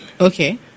Okay